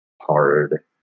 hard